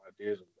ideas